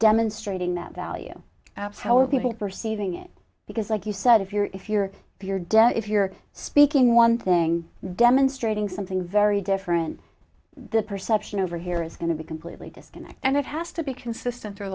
demonstrating that value people perceiving it because like you said if you're if you're if you're dead if you're speaking one thing demonstrating something very different the perception over here is going to be completely disconnect and it has to be consistent through